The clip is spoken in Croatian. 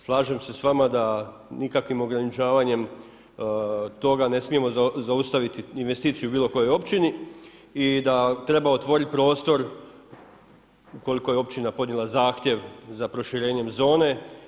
Slažem se sa vama da nikakvim ograničavanjem toga ne smijemo zaustaviti investiciju u bilo kojoj općini i da treba otvorit prostor ukoliko je općina podnijela zahtjev za proširenjem zone.